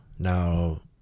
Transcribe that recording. Now